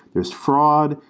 there's fraud,